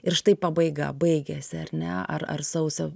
ir štai pabaiga baigėsi ar ne ar ar sausio